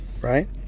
right